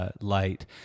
light